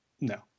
No